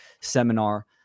seminar